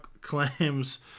claims